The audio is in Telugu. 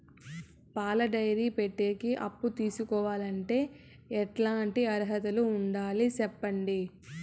పాల డైరీ పెట్టేకి అప్పు తీసుకోవాలంటే ఎట్లాంటి అర్హతలు ఉండాలి సెప్పండి?